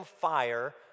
fire